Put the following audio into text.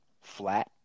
flat